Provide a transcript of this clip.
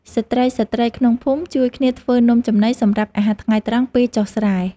ស្រ្តីៗក្នុងភូមិជួយគ្នាធ្វើនំចំណីសម្រាប់អាហារថ្ងៃត្រង់ពេលចុះស្រែ។